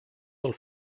del